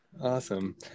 Awesome